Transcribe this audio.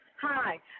Hi